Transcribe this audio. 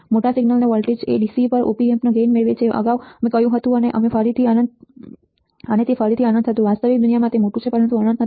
મોટા signal voltage એ dc પર op ampનો ગેઇન મેળવે છે અમે અગાઉ કહ્યું હતું અને તે ફરીથી અનંત હતું વાસ્તવિક દુનિયામાં તે મોટું છે પરંતુ અનંત નથી